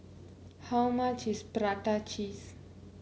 how much is Prata Cheese